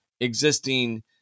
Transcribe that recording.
existing